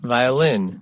Violin